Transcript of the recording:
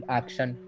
action